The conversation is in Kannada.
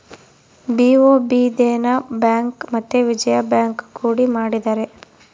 ಬಿ.ಒ.ಬಿ ದೇನ ಬ್ಯಾಂಕ್ ಮತ್ತೆ ವಿಜಯ ಬ್ಯಾಂಕ್ ಕೂಡಿ ಮಾಡಿದರೆ